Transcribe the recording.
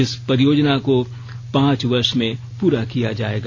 इस परियोजना को पांच वर्ष में पूरा किया जाएगा